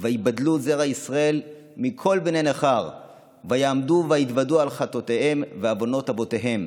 ויבדלו זרע ישראל מכל בני נכר ויעמדו ויתודו על חטאתיהם ועונות אבתיהם,